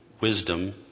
wisdom